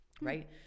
Right